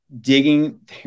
digging